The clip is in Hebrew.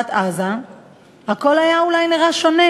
אולי,